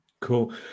Cool